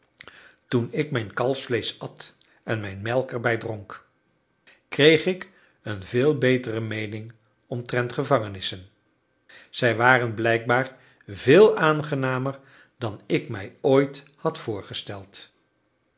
toen ik mijn kalfsvleesch at en mijn melk erbij dronk kreeg ik een veel betere meening omtrent gevangenissen zij waren blijkbaar veel aangenamer dan ik mij ooit had voorgesteld